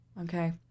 Okay